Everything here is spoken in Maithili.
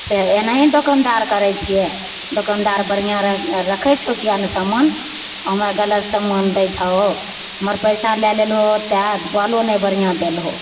से एनाही दोकानदार करय छियै दोकानदार बढ़िआँ र रखय छो किआ नहि सामान हमरा गलत सामान दय छहो हमर पैसा लै लेलहो तैं बल्वो नहि बढ़िआँ देलहो